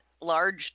large